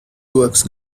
works